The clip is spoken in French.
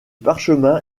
parchemin